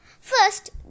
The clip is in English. First